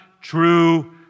true